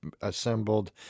assembled